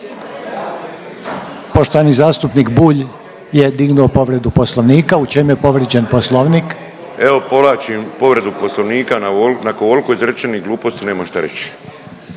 Poštovani zastupnik Bulj je dignuo povredu Poslovnika. U čemu je povrijeđen Poslovnik? **Bulj, Miro (MOST)** Evo povlačim povredu Poslovnika. Nakon ovoliko izrečenih gluposti nemam što reći.